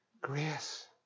grace